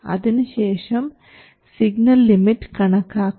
അതിനുശേഷം signal limit കണക്കാക്കണം